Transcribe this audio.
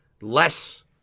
less